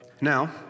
Now